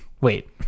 Wait